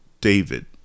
David